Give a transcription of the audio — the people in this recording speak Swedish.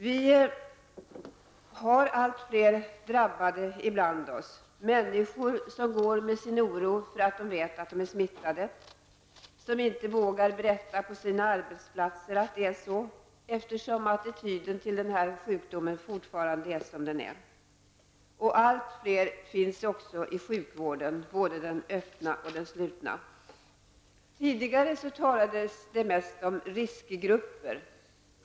Vi har allt fler drabbade bland oss, människor som går omkring med sin oro över att de är smittade och som inte vågar berätta om det på sina arbetsplatser, eftersom attityden till den här sjukdomen fortfarande är som den är. Allt fler finns också inom sjukvården, inom både den öppna och den slutna. Tidigare talades det mest om riskgrupper.